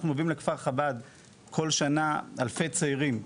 אנחנו מביאים לכפר חב"ד כל שנה אלפי צעירים.